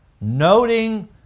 Noting